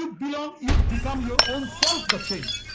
ah but um you become your own self, the change.